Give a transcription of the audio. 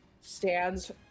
stands